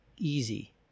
easy